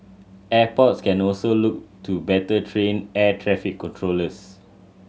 airports can also look to better train air traffic controllers